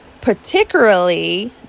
particularly